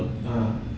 ah